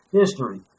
history